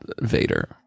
Vader